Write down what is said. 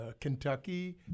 Kentucky